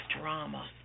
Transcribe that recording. drama